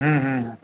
હા